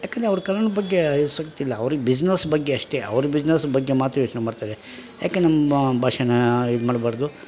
ಯಾಕಂದರೆ ಅವ್ರ ಕನ್ನಡದ ಬಗ್ಗೆ ಆಸಕ್ತಿ ಇಲ್ಲ ಅವ್ರಿಗೆ ಬಿಸ್ನೆಸ್ ಬಗ್ಗೆ ಅಷ್ಟೆ ಅವ್ರ ಬಿಸ್ನೆಸ್ ಬಗ್ಗೆ ಮಾತ್ರ ಯೋಚನೆ ಮಾಡ್ತಾರೆ ಯಾಕೆ ನಮ್ಮ ಭಾಷೆನಾ ಇದು ಮಾಡಬಾರ್ದು